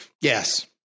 yes